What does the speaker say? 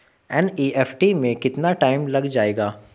NEFT में कितना time लग जाएगा?